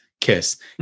kiss